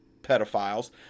pedophiles